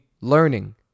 learning